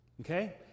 Okay